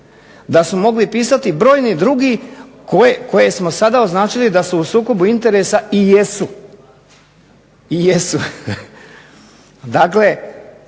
da su mogli pisati brojni drugi koje smo sada označili da su u sukobu interesa i jesu. I jesu. Dakle